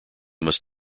must